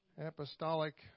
apostolic